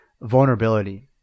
vulnerability